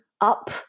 up